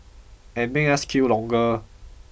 and make us queue longer